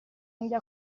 unghie